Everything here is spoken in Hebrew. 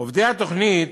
עובדי התוכנית